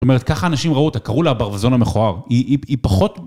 זאת אומרת, ככה אנשים ראו אותה, קראו לה ברווזון המכוער, היא היא פחות...